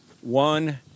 One